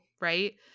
right